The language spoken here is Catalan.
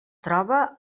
troba